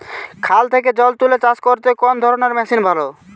খাল থেকে জল তুলে চাষ করতে কোন ধরনের মেশিন ভালো?